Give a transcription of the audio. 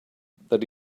that